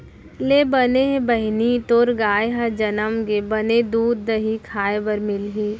ले बने हे बहिनी तोर गाय ह जनम गे, बने दूद, दही खाय बर मिलही